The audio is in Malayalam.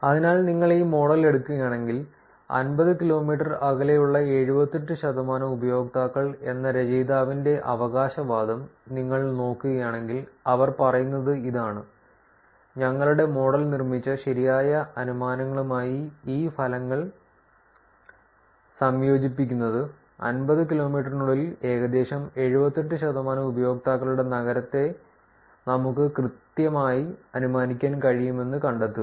അതിനാൽ നിങ്ങൾ ഈ മോഡൽ എടുക്കുകയാണെങ്കിൽ 50 കിലോമീറ്റർ അകലെയുള്ള 78 ശതമാനം ഉപയോക്താക്കൾ എന്ന രചയിതാവിന്റെ അവകാശവാദം നിങ്ങൾ നോക്കുകയാണെങ്കിൽ അവർ പറയുന്നത് ഇതാണ് ഞങ്ങളുടെ മോഡൽ നിർമ്മിച്ച ശരിയായ അനുമാനങ്ങളുമായി ഈ ഫലങ്ങൾ സംയോജിപ്പിക്കുന്നത് 50 കിലോമീറ്ററിനുള്ളിൽ ഏകദേശം 78 ശതമാനം ഉപയോക്താക്കളുടെ നഗരത്തെ നമുക്ക് കൃത്യമായി അനുമാനിക്കാൻ കഴിയുമെന്ന് കണ്ടെത്തുക